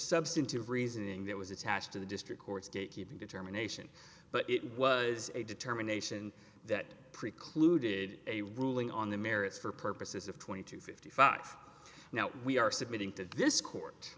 substantive reasoning that was attached to the district court's gatekeeping determination but it was a determination that precluded a ruling on the merits for purposes of twenty two fifty five now we are submitting to this court